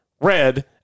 Red